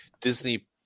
Disney